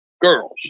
girls